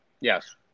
Yes